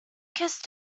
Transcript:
kissed